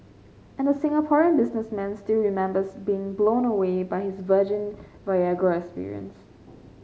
and the Singaporean businessman still remembers being blown away by his virgin Viagra experience